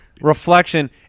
reflection